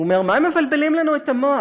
הוא אומר: מה הם מבלבלים לנו את המוח,